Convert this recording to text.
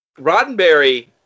Roddenberry